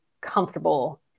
comfortable